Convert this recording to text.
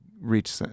reach